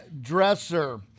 dresser